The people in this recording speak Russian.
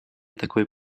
такой